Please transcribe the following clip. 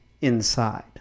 inside